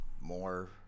more